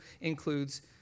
includes